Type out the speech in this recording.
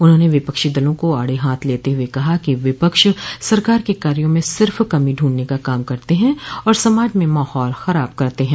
उन्होंने विपक्षी दलों को आड़े हाथ लेते हुए कहा कि विपक्ष सरकार के कार्यो में सिर्फ कमी ढूंढने का काम करते है और समाज में माहौल खराब करते हैं